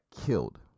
killed